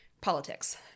politics